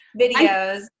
videos